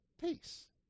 Peace